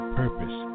purpose